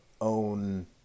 own